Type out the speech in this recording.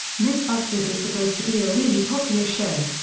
mythbusters is supposed to be a really popular show.